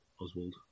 Oswald